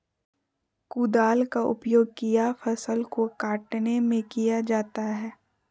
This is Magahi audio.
कुदाल का उपयोग किया फसल को कटने में किया जाता हैं?